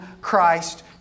Christ